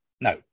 no